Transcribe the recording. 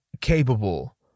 capable